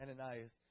Ananias